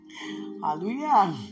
Hallelujah